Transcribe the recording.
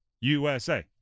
USA